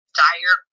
dire